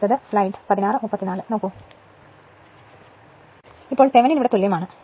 ഇപ്പോൾ അത് തേവേനിൻ തുല്യമാണ്